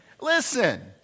Listen